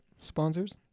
sponsors